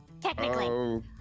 technically